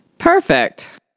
Perfect